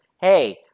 hey